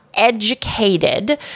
educated